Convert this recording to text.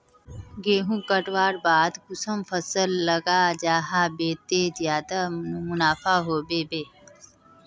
गेंहू कटवार बाद कुंसम फसल लगा जाहा बे ते ज्यादा मुनाफा होबे बे?